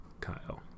Kyle